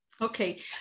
Okay